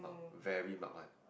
very mug one